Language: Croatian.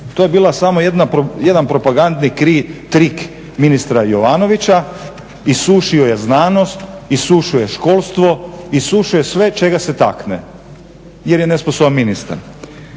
to je bila samo jedna, jedan propagandni trik ministra Jovanovića, isušio je znanost, isušuje školstvo, isušuje sve čega se takne jer je nesposoban ministar.